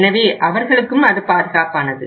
எனவே அவர்களுக்கும் அது பாதுகாப்பானது